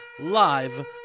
live